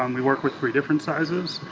um we work with three different sizes.